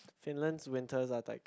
Finland's winter are like